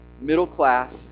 middle-class